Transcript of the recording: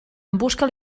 busca